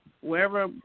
wherever